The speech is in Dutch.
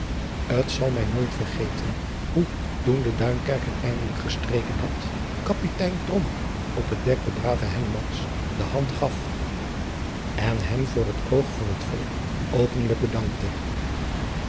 t al mij nooit vergeten hoe toen de uinkerker eindelijk gestreken had apitein op het dek den braven de hand gaf en hem voor het oog van het volk openlijk bedankte